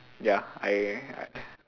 ya I